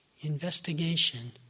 investigation